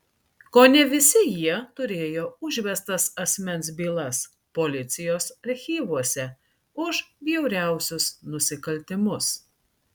kone visi jie turėjo užvestas asmens bylas policijos archyvuose už bjauriausius nusikaltimus